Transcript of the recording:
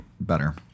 better